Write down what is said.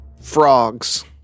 frogs